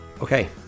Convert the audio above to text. okay